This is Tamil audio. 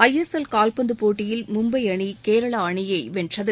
ஐ எஸ் எல் கால்பந்து போட்டியில் மும்பை அணி கேரளா அணியை வென்றது